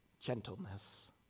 gentleness